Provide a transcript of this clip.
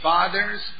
Father's